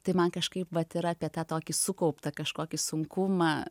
tai man kažkaip vat yra apie tą tokį sukauptą kažkokį sunkumą